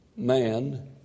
man